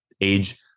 age